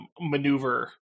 maneuver